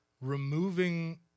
removing